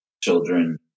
children